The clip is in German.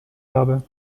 habe